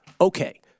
Okay